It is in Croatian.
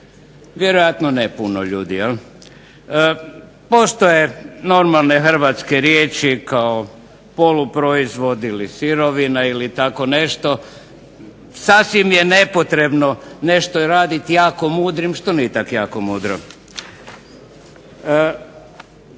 Vjerojatno ne puno ljudi je li? Postoje normalne hrvatske riječi kao poluproizvod ili sirovina ili tako nešto, sasvim je nepotrebno nešto raditi jako mudrim što nije tako jako mudro.